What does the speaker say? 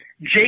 Jake